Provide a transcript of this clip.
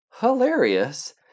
hilarious